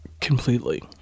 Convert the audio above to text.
completely